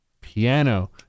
piano